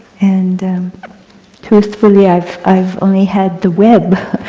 and truthfully i've i've only had the web,